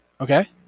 Okay